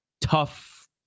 tough